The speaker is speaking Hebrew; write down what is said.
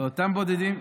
לאותם בודדים,